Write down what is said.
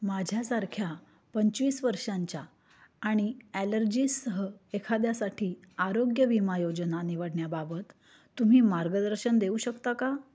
माझ्यासारख्या पंचवीस वर्षांच्या आणि ॲलर्जीसह एखाद्यासाठी आरोग्य विमा योजना निवडण्याबाबत तुम्ही मार्गदर्शन देऊ शकता का